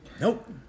Nope